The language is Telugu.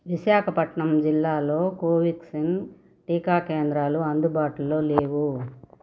విశాఖపట్నం జిల్లాలో కోవిక్సిన్ టీకా కేంద్రాలు అందుబాటులో లేవు